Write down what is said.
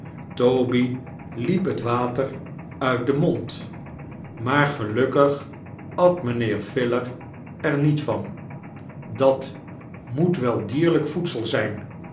toby liep het water uit den mond maar gelukkig at mijnheer filer er niet van dat moet wel dierlijk voedsel zijn